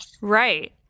Right